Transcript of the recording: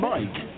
Mike